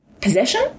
possession